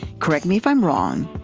correct me if i'm wrong.